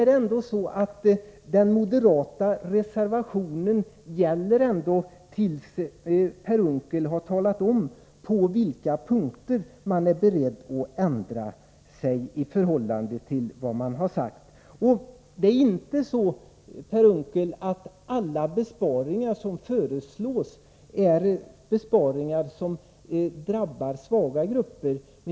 Men nu gäller den moderata reservationen till dess att Per Unckel har talat om på vilka punkter moderaterna är beredda att ändra sig i förhållande till vad de tidigare har uttalat. Alla besparingar är inte besparingar som drabbar svaga grupper, Per Unckel.